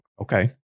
okay